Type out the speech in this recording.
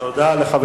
תודה לחבר